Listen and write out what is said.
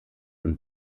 und